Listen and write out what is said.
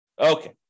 Okay